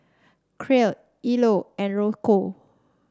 Crete Ilo and Rocio